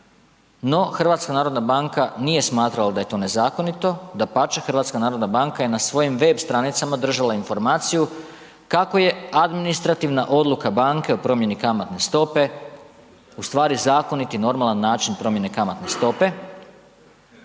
hrvatskih banaka, no HNB nije smatrala da je to nezakonito, dapače HNB je na svojim web stranicama držala informaciju kako je administrativna odluka banke o promjeni kamatne stope u stvari zakonit i normalan način promjene kamatne stope.